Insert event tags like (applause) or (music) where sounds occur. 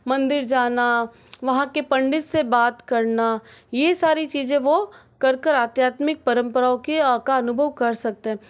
मंदिर जाना वहाँ के पंडित से बात करना ये सारी चीज़ें वो कर कर आध्यात्मिक परम्पराओं की (unintelligible) का अनुभव कर सकते हैं